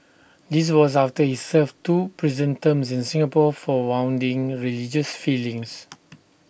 this was after he served two prison terms in Singapore for wounding religious feelings